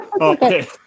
Okay